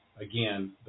again